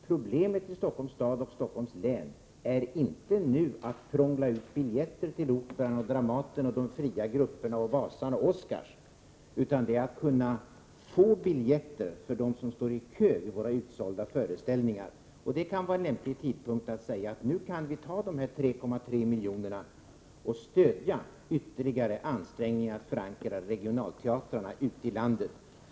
Problemet i Stockholms stad och Stockholms län är inte att prångla ut biljetter till Operan, Dramaten, de fria gruppernas scener, Vasan och Oscars, utan problemet är hur de som står i kö till de utsålda föreställningarna skall kunna få biljetter. Det kan nu vara en lämplig tidpunkt att säga: Nu kan vi ta de här 3,3 miljonerna och stödja ytterligare ansträngningar att förankra regionalteatrarna ute i landet.